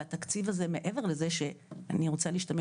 והתקציב הזה מעבר לזה שאני רוצה להשתמש